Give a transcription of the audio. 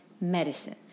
medicine